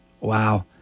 Wow